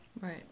right